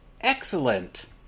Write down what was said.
Excellent